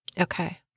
Okay